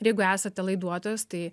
ir jeigu esate laiduotojas tai